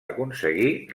aconseguir